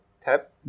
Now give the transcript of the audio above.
Tap